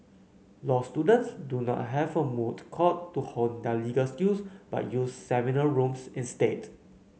law students do not have a moot court to hone their legal skills but use seminar rooms instead